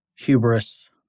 hubris